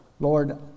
Lord